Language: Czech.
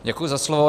Děkuji za slovo.